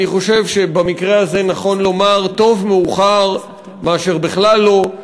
אני חושב שבמקרה הזה נכון לומר: טוב מאוחר מאשר בכלל לא.